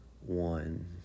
one